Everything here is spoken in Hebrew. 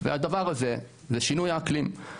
והדבר הזה זה שינוי האקלים.